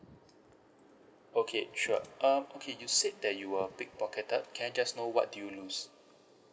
okay sure um okay you said that you were pickpocketed can I just know what do you lose